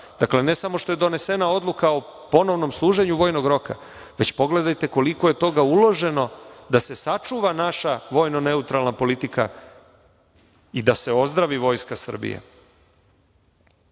Dakle, ne samo što je donesena odluka o ponovnom služenju vojnog roka, već pogledajte koliko je toga uloženo da se sačuva naša vojno neutralna politika i da se ozdravi Vojska Srbije. Dakle,